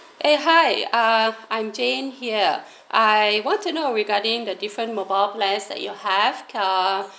eh hi uh I'm jane< here I want to know regarding the different mobile plans that you have uh